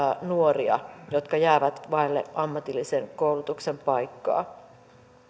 nuoria jotka jäävät vaille ammatillisen koulutuksen paikkaa